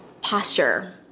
posture